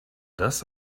das